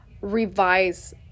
revise